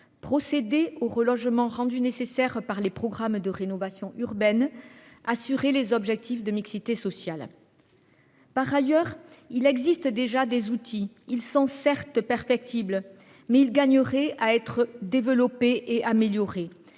procéder aux relogements rendus nécessaires par les programmes de rénovation urbaine ; assurer l’atteinte des objectifs de mixité sociale. Par ailleurs, il existe déjà des outils ; ils sont certes perfectibles, mais ils gagneraient à être développés et améliorés.